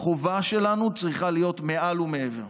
החובה שלנו צריכה להיות מעל ומעבר.